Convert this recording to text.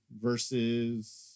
versus